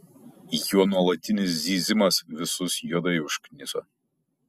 jo nuolatinis zyzimas visus juodai užkniso